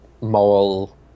moral